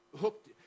hooked